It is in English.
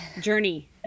journey